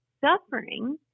suffering –